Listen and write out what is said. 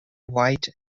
white